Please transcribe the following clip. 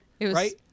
right